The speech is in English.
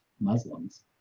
Muslims